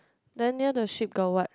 then near the sheep got what